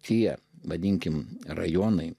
tie vadinkime rajonai